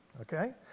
Okay